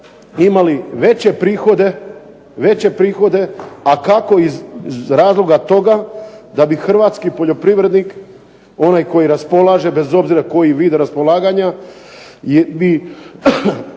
imali veće prihode, a kako iz razloga toga da bi hrvatski poljoprivrednik, onaj koji raspolaže, bez obzira koji vid raspolaganja,